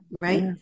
right